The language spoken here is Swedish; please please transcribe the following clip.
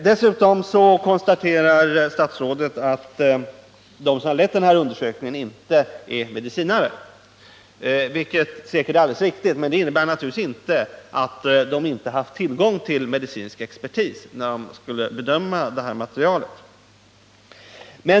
Dessutom konstaterar statsrådet att de som lett undersökningen inte är medicinare, vilket säkert är alldeles riktigt. Men det innebär naturligtvis inte att de inte haft tillgång till medicinsk expertis när de skulle bedöma det här materialet.